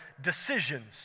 decisions